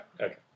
Okay